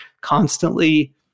constantly